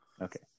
Okay